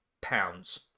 pounds